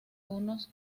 unos